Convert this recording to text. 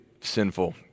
sinful